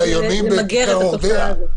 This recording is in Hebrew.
--- למגר את התופעה הזאת.